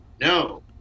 no